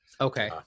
okay